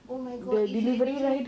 oh my god if you imagine